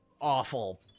awful